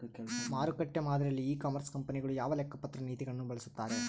ಮಾರುಕಟ್ಟೆ ಮಾದರಿಯಲ್ಲಿ e commerce ಕಂಪನಿಗಳು ಯಾವ ಲೆಕ್ಕಪತ್ರ ನೇತಿಗಳನ್ನು ಬಳಸುತ್ತಾರೆ?